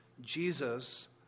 Jesus